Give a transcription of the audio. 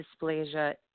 dysplasia